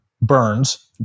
burns